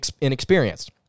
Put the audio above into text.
inexperienced